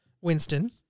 Winston